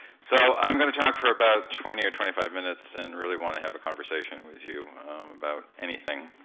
so i'm gonna talk for about twenty or twenty five minutes and really wanna have a conversation with you about anything,